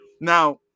Now